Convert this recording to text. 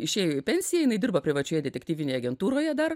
išėjo į pensiją jinai dirba privačioje detektyvinėje agentūroje dar